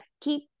keep